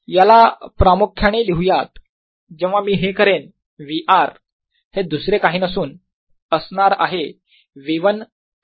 याला प्रामुख्याने लिहूयात जेव्हा मी हे करेन Vr हे दुसरे काही नसून असणार आहे V1 plus f V2 minus V1